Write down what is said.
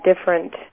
different